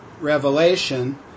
revelation